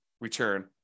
return